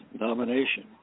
nomination